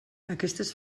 aquestes